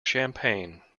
champagne